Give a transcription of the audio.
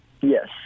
Yes